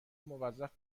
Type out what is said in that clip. موظف